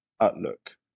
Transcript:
outlook